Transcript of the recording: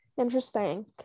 Interesting